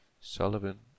Sullivan